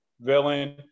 villain